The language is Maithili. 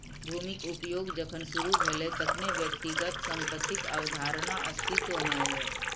भूमिक उपयोग जखन शुरू भेलै, तखने व्यक्तिगत संपत्तिक अवधारणा अस्तित्व मे एलै